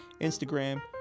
Instagram